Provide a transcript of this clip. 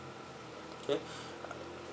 okay